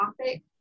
topic